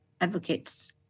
advocates